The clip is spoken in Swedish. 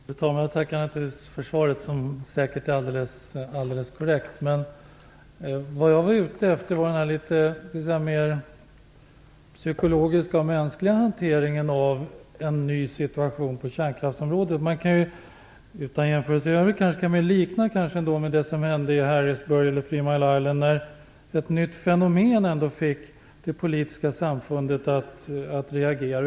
Fru talman! Jag tackar naturligtvis för svaret, som säkert är alldeles korrekt. Men vad jag var ute efter var den mer psykologiska och mänskliga hantering av en ny situation på kärnkraftsområdet. Utan jämförelser i övrigt kan man kanske likna situationen med det som hände i Harrisburg med Three Mile Island, där ett nytt fenomen fick det politiska samfundet att reagera.